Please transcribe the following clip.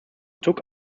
took